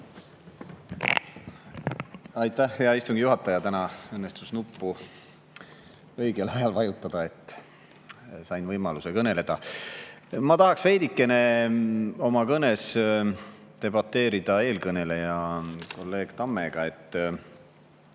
Aitäh, hea istungi juhataja! Täna õnnestus nuppu õigel ajal vajutada, sain võimaluse kõneleda. Ma tahaks veidikene oma kõnes debateerida eelkõneleja kolleeg Tammega.